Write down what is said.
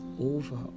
over